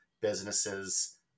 businesses